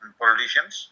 politicians